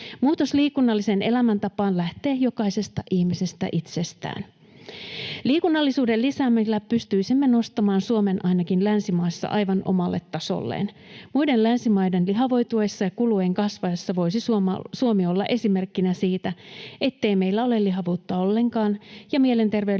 Muutos liikunnalliseen elämäntapaan lähtee jokaisesta ihmisestä itsestään. Liikunnallisuuden lisäämisellä pystyisimme nostamaan Suomen ainakin länsimaissa aivan omalle tasolleen. Muiden länsimaiden lihavoituessa ja kulujen kasvaessa voisi Suomi olla esimerkkinä siitä, ettei meillä ole lihavuutta ollenkaan ja mielenterveydelliset